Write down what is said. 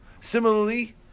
Similarly